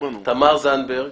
תמר זנדברג